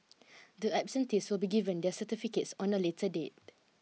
the absentees will be given their certificates on a later date